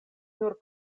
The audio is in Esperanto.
nur